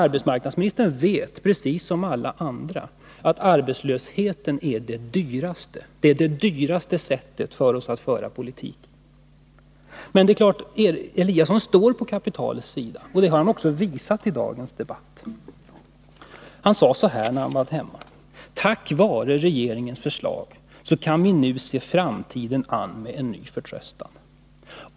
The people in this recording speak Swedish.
Arbetsmarknadsministern vet, som alla andra, att den dyraste politiken är den som leder till arbetslöshet. Men Ingemar Eliasson står på kapitalets sida. Det har han också visat i dagens debatt. När han var i Hallstahammar sade han: Tack vare regeringens förslag kan vi nu se framtiden an med en ny förtröstan.